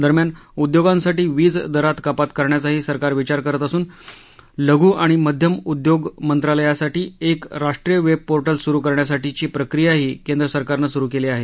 दरम्यान उद्योगांसाठी वीज दरात कपात करण्याचाही सरकारचा विचार असून लघु आणि मध्यम उद्योगमंत्रालयासाठी एक राष्ट्रीय वेब पोर्टल सुरू करण्यासाठीची प्रकीयाही केंद्र सरकारनं सुरू केली आहे